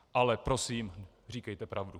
Ale prosím, říkejte pravdu!